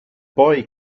boy